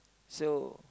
so